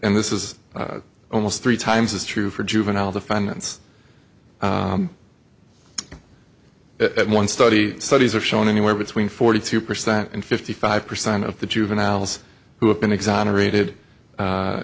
and this is almost three times as true for juvenile defendants at one study studies are shown anywhere between forty two percent and fifty five percent of the juveniles who have been exonerated